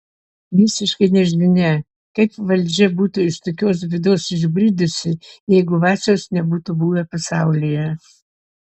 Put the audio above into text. visiškai nežinia kaip valdžia būtų iš tokios bėdos išbridusi jeigu vaciaus nebūtų buvę pasaulyje